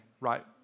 right